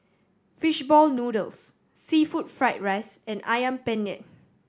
fish ball noodles seafood fried rice and Ayam Penyet